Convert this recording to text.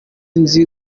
nzi